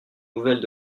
nouvelles